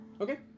Okay